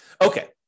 Okay